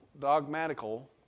dogmatical